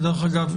בדרך אגב,